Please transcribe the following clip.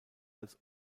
als